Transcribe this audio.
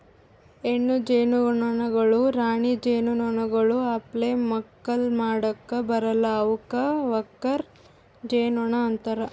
ಹೆಣ್ಣು ಜೇನುನೊಣಗೊಳ್ ರಾಣಿ ಜೇನುನೊಣಗೊಳ್ ಅಪ್ಲೆ ಮಕ್ಕುಲ್ ಮಾಡುಕ್ ಬರಲ್ಲಾ ಅವುಕ್ ವರ್ಕರ್ ಜೇನುನೊಣ ಅಂತಾರ